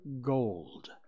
gold